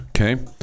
Okay